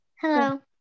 Hello